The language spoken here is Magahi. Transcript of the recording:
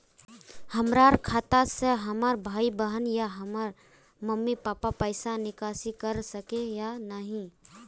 हमरा खाता से हमर भाई बहन या हमर मम्मी पापा पैसा निकासी कर सके है या नहीं?